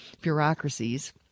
bureaucracies